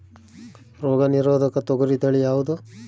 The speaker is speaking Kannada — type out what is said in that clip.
ರೋಗ ನಿರೋಧಕ ತೊಗರಿ ತಳಿ ಯಾವುದು?